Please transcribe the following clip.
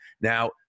Now